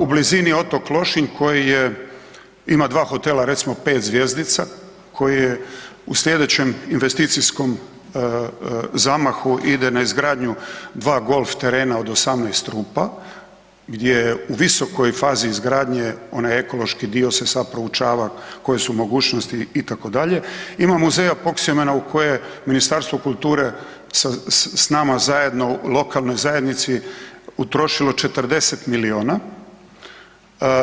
U blizini je otok Lošinj koji je, ima 2 hotela recimo 5 zvjezdica, koji je u slijedećem investicijskom zamahu ide na izgradnju 2 golf terena od 18 rupa gdje u visokoj fazi izgradnje, onaj ekološki dio se sad proučava koje su mogućnosti itd., ima Muzej Apoksiomena u koje Ministarstvo kulture s nama zajedno u lokalnoj zajednici utrošilo 40 miliona,